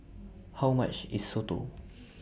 How much IS Soto